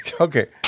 Okay